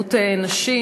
באלימות נגד נשים,